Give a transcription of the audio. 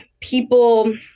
people